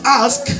ask